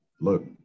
look